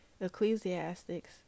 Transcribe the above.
Ecclesiastics